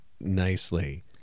nicely